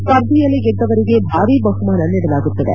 ಸ್ಪರ್ಧೆಯಲ್ಲಿ ಗೆದ್ದವರಿಗೆ ಭಾರೀ ಬಹುಮಾನ ನೀಡಲಾಗುತ್ತದೆ